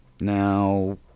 Now